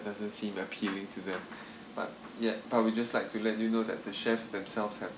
it doesn't seem appealing to them but yet but we just like to let you know that the chefs themselves have